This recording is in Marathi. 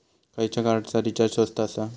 खयच्या कार्डचा रिचार्ज स्वस्त आसा?